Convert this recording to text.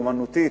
אמנותית,